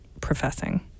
professing